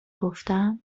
گفتم